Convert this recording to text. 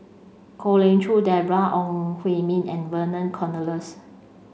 Kwek Leng Joo Deborah Ong Hui Min and Vernon Cornelius